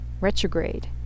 retrograde